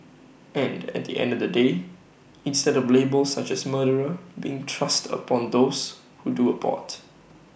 and at the end of the day instead of labels such as murderer being thrust upon those who do abort